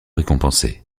récompensé